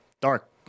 Dark